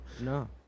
No